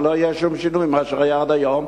שלא יהיה שום שינוי ממה שהיה עד היום,